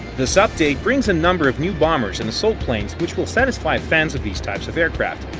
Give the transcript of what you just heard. this update brings a number of new bombers and assault planes which will satisfy fans at these types of aircraft.